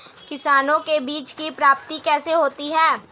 किसानों को बीज की प्राप्ति कैसे होती है?